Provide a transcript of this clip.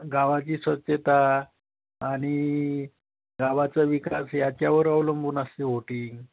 गावाची स्वच्छता आणि गावाचा विकास याच्यावर अवलंबून असते होटिंग